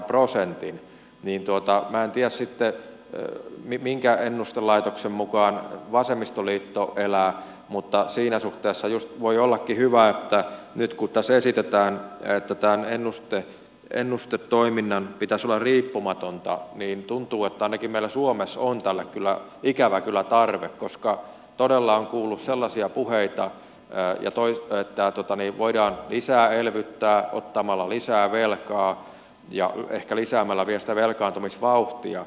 minä en tiedä sitten minkä ennustelaitoksen mukaan vasemmistoliitto elää mutta siinä suhteessa just voi ollakin hyvä että nyt kun tässä esitetään että tämän ennustetoiminnan pitäisi olla riippumatonta niin tuntuu että ainakin meillä suomessa on tälle ikävä kyllä tarve koska todella olen kuullut sellaisia puheita ja ja toiset päättää tota että voidaan lisää elvyttää ottamalla lisää velkaa ja ehkä lisäämällä vielä sitä velkaantumisvauhtia